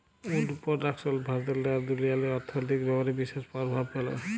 would পরডাকশল ভারতেল্লে আর দুনিয়াল্লে অথ্থলৈতিক ব্যাপারে বিশেষ পরভাব ফ্যালে